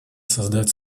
создать